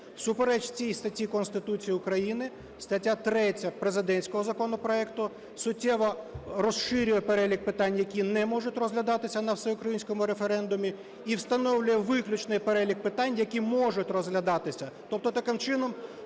Всупереч цій статті Конституції України стаття 3 президентського законопроекту суттєво розширює перелік питань, які не можуть розглядатися на всеукраїнському референдумі, і встановлює виключний перелік питань, які можуть розглядатися. Тобто таким чином